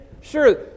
Sure